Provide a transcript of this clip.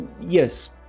yes